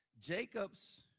Jacob's